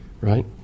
right